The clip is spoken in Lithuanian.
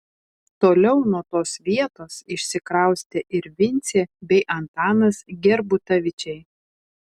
toliau nuo tos vietos išsikraustė ir vincė bei antanas gerbutavičiai